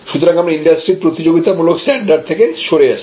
সুতরাংআমরা ইন্ডাস্ট্রির প্রতিযোগিতামূলক স্ট্যান্ডার্ড থেকে সরে আসছি